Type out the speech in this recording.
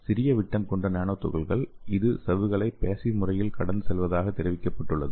சிறிய விட்டம் கொண்ட நானோ துகள்கள் இது சவ்வுகளை பேஸிவ் முறையில் கடந்து செல்வதாக தெரிவிக்கப்படுகிறது